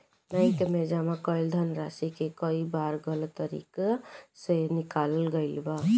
bank में जमा कईल धनराशि के कई बार गलत तरीका से निकालल गईल बा